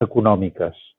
econòmiques